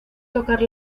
tocar